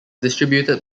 distributed